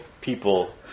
people